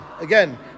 Again